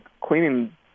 cleaning